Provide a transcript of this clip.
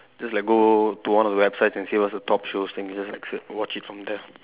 just like go to one of the websites and see what's the top shows then you just like se~ watch it from there